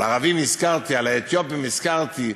ערבים, הזכרתי, אתיופים, הזכרתי.